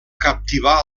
captivar